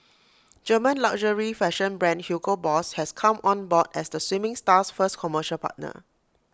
German luxury fashion brand Hugo boss has come on board as the swimming star's first commercial partner